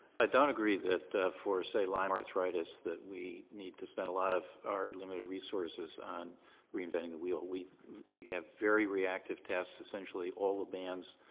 i don't agree that for say lyme arthritis that we need to spend a lot of our limited resources on reinventing the wheel. we we have very reactive tests essentially all the bands.